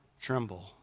tremble